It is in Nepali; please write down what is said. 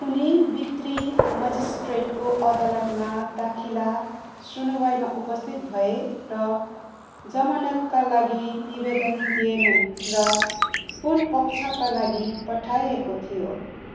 उनी बिक्री मजिस्ट्रेटको अदालतमा दाखिला सुनुवाइमा उपस्थित भए र जमानतका लागि निवेदन दिएनन् र पुर्पक्षका लागि पठाइएको थियो